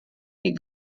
die